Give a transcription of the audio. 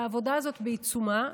העבודה הזאת בעיצומה.